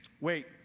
wait